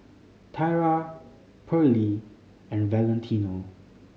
Tyra Perley and Valentino